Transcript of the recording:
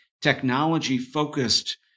technology-focused